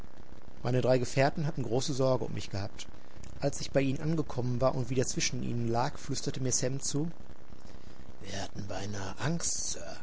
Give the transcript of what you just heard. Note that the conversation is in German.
meine drei gefährten hatten große sorge um mich gehabt als ich bei ihnen angekommen war und wieder zwischen ihnen lag flüsterte mir sam zu wir hatten beinahe angst